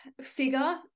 figure